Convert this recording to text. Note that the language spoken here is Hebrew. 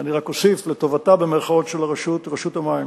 רק אוסיף "לטובתה" של רשות המים,